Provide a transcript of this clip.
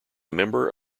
member